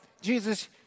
Jesus